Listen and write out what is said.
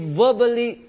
verbally